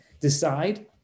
decide